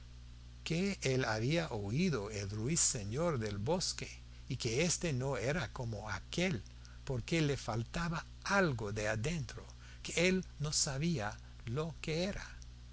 que él había oído el ruiseñor del bosque y que éste no era como aquél porque le faltaba algo de adentro que él no sabía lo que era